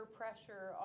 pressure